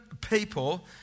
people